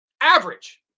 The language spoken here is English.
average